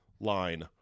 line